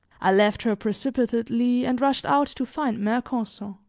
i left her precipitately, and rushed out to find mercanson.